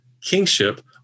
kingship